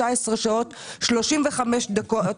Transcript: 19 שעות ו-35 דקות.